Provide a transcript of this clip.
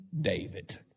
David